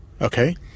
Okay